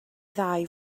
ddau